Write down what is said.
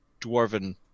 dwarven